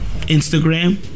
Instagram